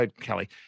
Kelly